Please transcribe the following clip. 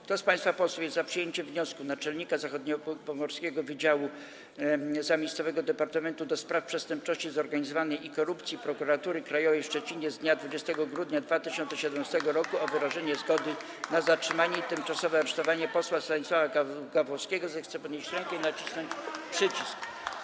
Kto z państwa posłów jest za przyjęciem wniosku Naczelnika Zachodniopomorskiego Wydziału Zamiejscowego Departamentu do Spraw Przestępczości Zorganizowanej i Korupcji Prokuratury Krajowej w Szczecinie z dnia 20 grudnia 2017 r. o wyrażenie zgody na zatrzymanie i tymczasowe aresztowanie posła Stanisława Gawłowskiego, zechce podnieść rękę i nacisnąć przycisk.